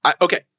okay